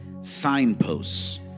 signposts